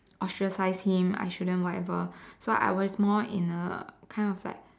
ostracize him I shouldn't whatever so I was more in a kind of like